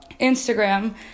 Instagram